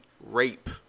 rape